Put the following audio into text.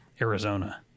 Arizona